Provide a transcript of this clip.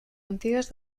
antigues